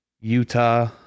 Utah